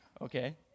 okay